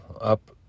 up